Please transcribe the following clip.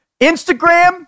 Instagram